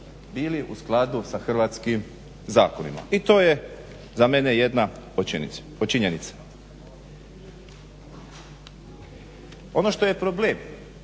bili u skladu sa hrvatskim zakonima i to je za mene jedna od činjenica. Ono što je problem